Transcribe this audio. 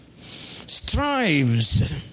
Strives